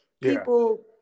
people